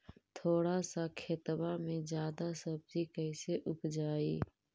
थोड़ा सा खेतबा में जादा सब्ज़ी कैसे उपजाई?